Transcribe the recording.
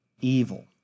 evil